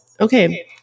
okay